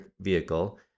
vehicle